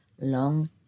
long